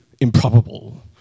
improbable